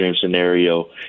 scenario